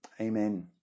Amen